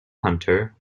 hunter